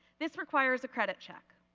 this requires a credit check.